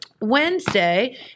wednesday